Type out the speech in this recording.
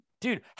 dude